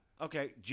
Okay